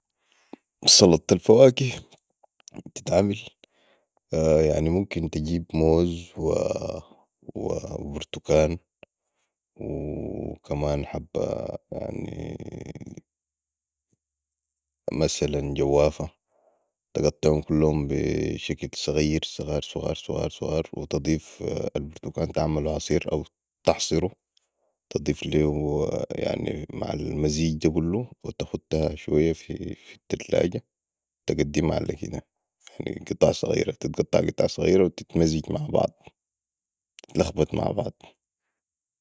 سلطة الفواكه بتعمل يعني ممكن تجيب موز وبرتكان وكمان حبه يعني مثلا جوافه تقطعم كلهم بشكل صغير صغار صغار صغار وتضيف البرتكان تعملو عصير او تعصرو تضيف ليها يعني مع المزيج ده كلو و تختها شويه في التلاجه وتقدما علي كده يعني قطع صغيره تتقطع قطع صغيره وتتمزج مع بعض تتلخبت مع بعض